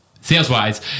sales-wise